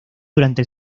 durante